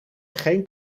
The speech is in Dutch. geen